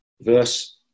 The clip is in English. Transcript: Verse